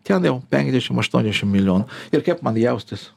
ten jau penkiasdešim aštuoniasdešim milijonų ir kaip man jaustis